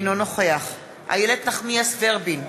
אינו נוכח איילת נחמיאס ורבין,